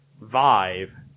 Vive